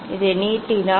இதை நீட்டினால்